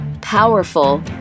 powerful